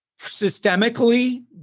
systemically